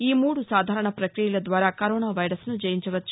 ఈ మూడు సాధారణ ప్రక్రియల ద్వారా కరోనా వైరస్ను జయించవచ్చు